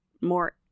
more